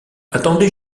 attendez